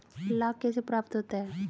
लाख कैसे प्राप्त होता है?